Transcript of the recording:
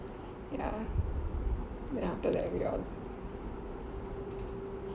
ya then after that we all